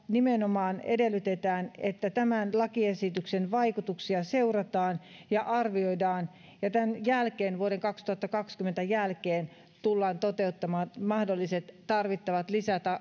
nimenomaan edellytetään että tämän lakiesityksen vaikutuksia seurataan ja arvioidaan ja vuoden kaksituhattakaksikymmentä jälkeen tullaan toteuttamaan mahdolliset tarvittavat